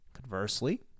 Conversely